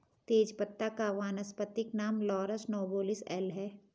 तेजपत्ता का वानस्पतिक नाम लॉरस नोबिलिस एल है